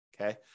Okay